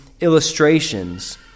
illustrations